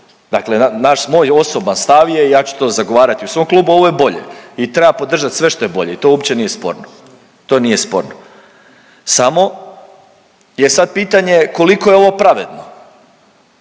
naš, moj, osoba, stavi je i ja ću to zagovarati u svom klubu, ovo je bolje i treba podržati sve što je bolje i to uopće nije sporno, to nije sporno samo je sad pitanje koliko je ovo pravedno.